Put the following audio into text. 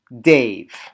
Dave